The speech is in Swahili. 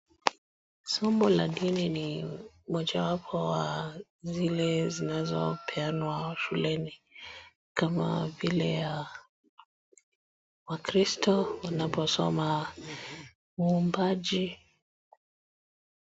Somo la dini ni mojawapo wa zile zinazopeanwa shuleni, kama vile ya wakristo wanaposoma uumbaji.